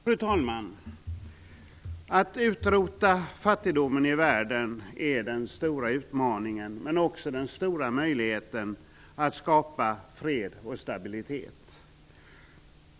Fru talman! Att utrota fattigdomen i världen är den stora utmaningen men också den stora möjligheten att skapa fred och stabilitet.